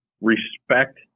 respect